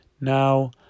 Now